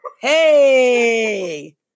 hey